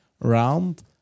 round